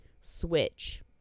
switch